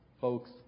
Folks